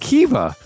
Kiva